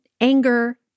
anger